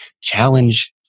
challenge